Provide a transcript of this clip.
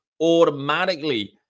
automatically